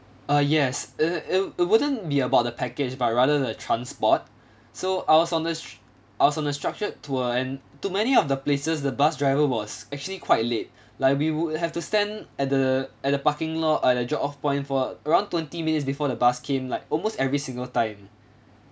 uh yes it it it wouldn't be about the package but rather the transport so I was on the I was on the structured tour and to many of the places the bus driver was actually quite late like we would have to stand at the at the parking lot at the drop off point for around twenty minutes before the bus came like almost every single time